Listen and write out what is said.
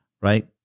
right